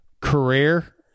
career